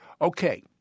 Okay